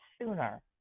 sooner